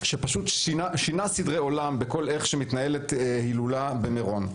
שפשוט שינה סדרי עולם באיך מתנהלת הילולה במירון.